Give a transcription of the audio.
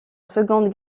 seconde